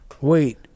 wait